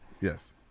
yes